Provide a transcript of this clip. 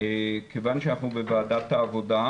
כיוון שאנחנו בוועדת העבודה,